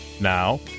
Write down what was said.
Now